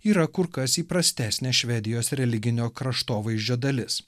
yra kur kas įprastesnė švedijos religinio kraštovaizdžio dalis